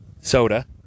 Soda